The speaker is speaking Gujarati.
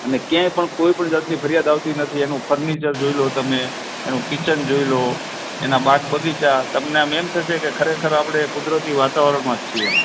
અને ક્યાંય પણ કોઈ પણ જાતની ફરિયાદ આવતી નથી એનું ફર્નિચર જોઈ લો તમે એનું કિચન જોઈ લો એના બાગ બગીચા તમને આમ એમ થશે કે ખરેખર આપણે કુદરતી વાતાવરણમાં જ છીએ એમ